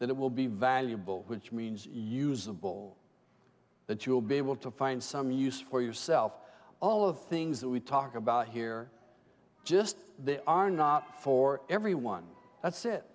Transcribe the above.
that it will be valuable which means usable that you will be able to find some use for yourself all of things that we talk about here just they are not for everyone that's it